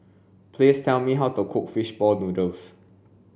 please tell me how to cook fish ball noodles